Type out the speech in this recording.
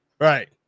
right